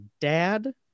dad